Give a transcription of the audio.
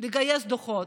לגייס דוחות.